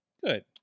Good